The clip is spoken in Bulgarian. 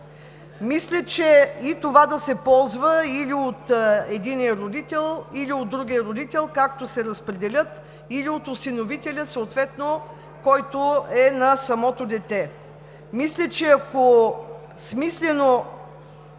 Мисля, че и това – да се ползва или от единия родител, или от другия родител, както се разпределят, или от осиновителя съответно, който е на самото дете, ако смислено